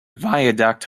viaduct